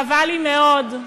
חבל לי מאוד,